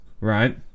right